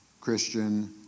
Christian